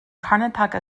karnataka